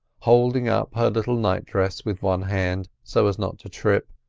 holding up her little nightdress with one hand, so as not to trip,